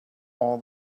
all